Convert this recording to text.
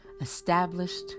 established